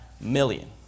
million